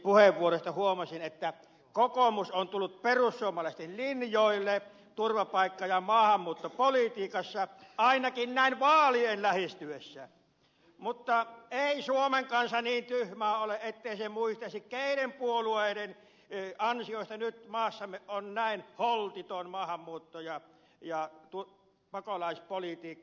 zyskowiczin puheenvuorosta huomasin että kokoomus on tullut perussuomalaisten linjoille turvapaikka ja maahanmuuttopolitiikassa ainakin näin vaalien lähestyessä mutta ei suomen kansa niin tyhmää ole ettei se muistaisi keiden puolueiden ansiosta nyt maassamme on näin holtiton maahanmuutto ja pakolaispolitiikka